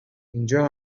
اینجا